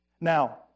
Now